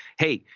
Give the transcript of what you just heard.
hey,